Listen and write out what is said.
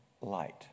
light